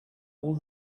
all